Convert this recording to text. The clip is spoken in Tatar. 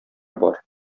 бар